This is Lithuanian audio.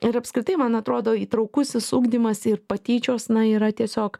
ir apskritai man atrodo įtraukusis ugdymas ir patyčios na yra tiesiog